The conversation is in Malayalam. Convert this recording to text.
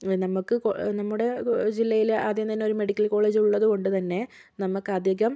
നമുക്ക് കോ നമ്മുടെ ജില്ലയിൽ ആദ്യം തന്നെ ഒരു മെഡിക്കൽ കോളേജ് ഉള്ളത് കൊണ്ട് തന്നെ നമുക്ക് അധികം